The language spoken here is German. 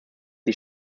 die